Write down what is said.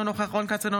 אינו נוכח רון כץ,